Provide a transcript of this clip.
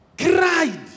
cried